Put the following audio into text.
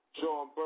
John